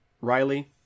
Riley